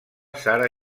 sara